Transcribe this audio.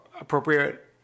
appropriate